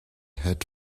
had